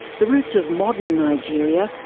the roots of modern nigeria,